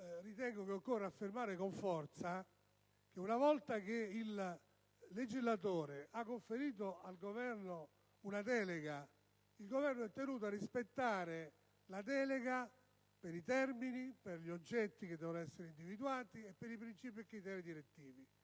Presidente, occorre affermare con forza che, una volta che il legislatore ha conferito al Governo una delega, quest'ultimo è tenuto a rispettare la delega per i termini, per gli oggetti che devono essere individuati e per i principi e criteri direttivi,